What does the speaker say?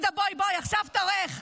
עאידה, בואי, עכשיו תורך.